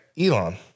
Elon